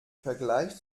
vergleich